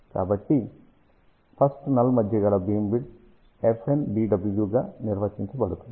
కాబట్టి first null మధ్య గల బీమ్ విడ్త్ FNBW గా నిర్వచించబడుతుంది